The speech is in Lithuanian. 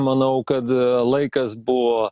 manau kad laikas buvo